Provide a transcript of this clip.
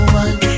one